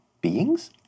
beings